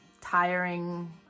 tiring